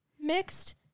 mixed